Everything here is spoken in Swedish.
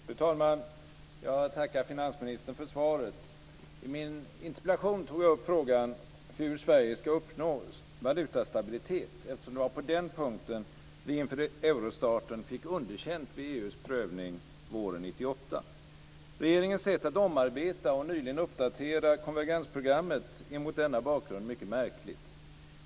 Fru talman! Jag tackar finansministern för svaret. I min interpellation tog jag upp frågan om hur Sverige ska uppnå valutastabilitet eftersom vi på den punkten, inför eurostarten, fick underkänt vid EU:s prövning våren 1998. Regeringens sätt att omarbeta och nyligen uppdatera konvergensprogrammet är mot denna bakgrund mycket märkligt.